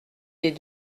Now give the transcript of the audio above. des